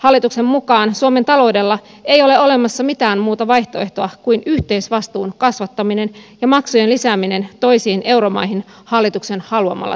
hallituksen mukaan suomen taloudella ei ole olemassa mitään muuta vaihtoehtoa kuin yhteisvastuun kasvattaminen ja maksujen lisääminen toisiin euromaihin hallituksen haluamalla tavalla